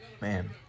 Man